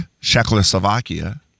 Czechoslovakia